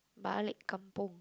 balik-kampung